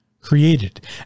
created